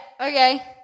Okay